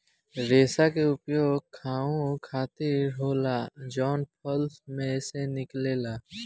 रेसा के उपयोग खाहू खातीर होला जवन फल में से निकलेला